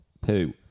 poo